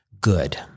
good